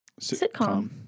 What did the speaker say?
Sitcom